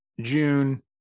June